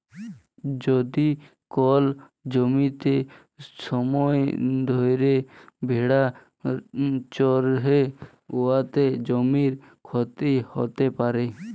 যদি কল জ্যমিতে ছময় ধ্যইরে ভেড়া চরহে উয়াতে জ্যমির ক্ষতি হ্যইতে পারে